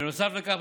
בנוסף לכך,